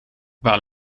waar